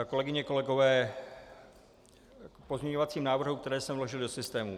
Kolegyně, kolegové, k pozměňovacím návrhům, které jsem vložil do systému.